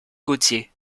gaultier